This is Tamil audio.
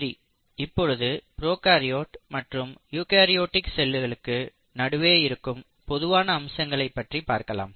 சரி இப்பொழுது ப்ரோகாரியோட் மற்றும் யூகரியோட்டிக் செல்லுக்கு நடுவே இருக்கும் பொதுவான அம்சங்களைப் பற்றி பார்க்கலாம்